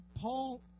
Paul